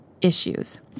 issues